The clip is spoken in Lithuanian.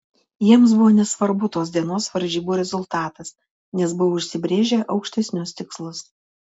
jiems buvo nesvarbu tos dienos varžybų rezultatas nes buvo užsibrėžę aukštesnius tikslus